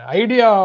idea